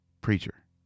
preacher